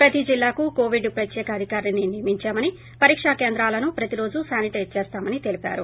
ప్రతి జిల్లాకు కోవిడ్ ప్రత్యేక అధికారిని నియమించామని పరీకా కేంద్రాలను ప్రతిరోజు శానిటైజ్ చేస్తామని తెలిపారు